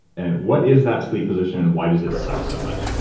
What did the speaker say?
and what is that sleep position and why does it suck so much?